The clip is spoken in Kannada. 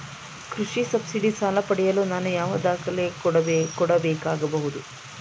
ಕೃಷಿ ಸಬ್ಸಿಡಿ ಸಾಲ ಪಡೆಯಲು ನಾನು ಯಾವ ದಾಖಲೆ ಕೊಡಬೇಕಾಗಬಹುದು?